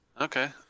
okay